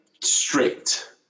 strict